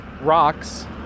rocks